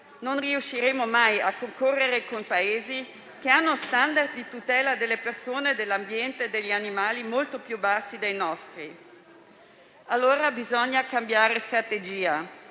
Non riusciremo mai a concorrere con Paesi che hanno *standard* di tutela delle persone, dell'ambiente e degli animali molto più bassi dei nostri. Bisogna allora cambiare strategia,